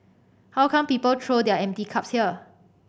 how come people throw their empty cups here